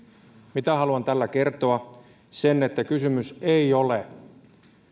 mitä haluan tällä kertoa sen että kysymys ei ole